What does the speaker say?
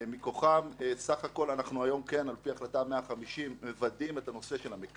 מתוכן סך הכול אנחנו היום לפי החלטה 150 מוודאים את נושא המקרקעין.